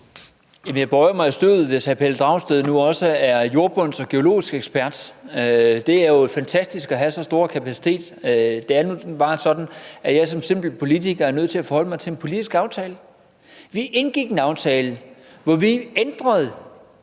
jeg bøjer mig i støvet, hvis hr. Pelle Dragsted nu også er havbundsekspert og geologisk ekspert – det er jo fantastisk at have så stor en kapacitet. Det er nu bare sådan, at jeg som simpel politiker er nødt til at forholde mig til en politisk aftale. Vi indgik en aftale, hvor vi ændrede